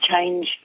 change